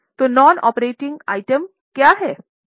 तोनॉन operating item क्या हैं